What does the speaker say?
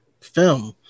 film